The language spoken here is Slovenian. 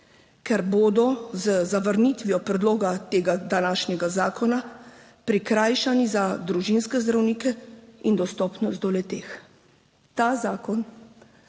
ker bodo z zavrnitvijo predloga tega današnjega zakona prikrajšani za družinske zdravnike in dostopnost do le-teh. Ta zakon